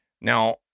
Now